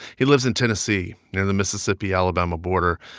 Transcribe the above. he lives in tennessee near the mississippi-alabama border,